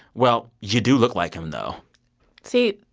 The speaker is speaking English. well, you do look like him, though see,